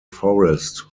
forest